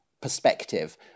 perspective